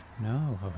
No